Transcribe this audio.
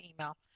email